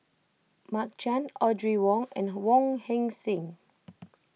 Mark Chan Audrey Wong and Wong Heck Sing